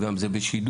גם זה בשידור,